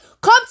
Come